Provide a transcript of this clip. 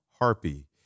Harpy